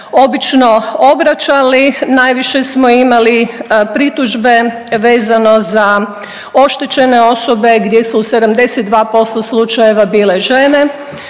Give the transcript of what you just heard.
obično obraćali, najviše smo imali pritužbe vezano za oštećene osobe gdje se u 72% slučajeva bile žene.